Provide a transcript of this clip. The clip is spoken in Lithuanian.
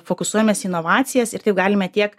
fokusuojamės į inovacijas ir taip galime tiek